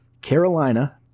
Carolina